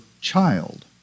child